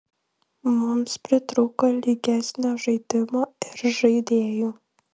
mums pritrūko lygesnio žaidimo ir žaidėjų